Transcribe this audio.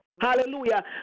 hallelujah